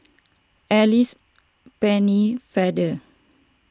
Alice Pennefather